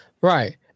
Right